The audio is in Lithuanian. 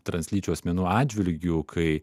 translyčių asmenų atžvilgiu kai